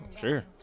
sure